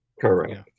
Correct